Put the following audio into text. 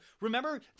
Remember